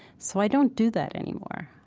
so i don't do that anymore.